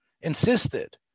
insisted